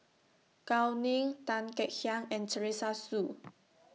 Gao Ning Tan Kek Hiang and Teresa Hsu